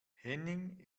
henning